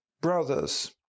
Brothers